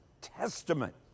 testament